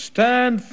Stand